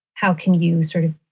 how can you sort of.